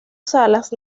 salas